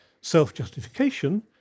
self-justification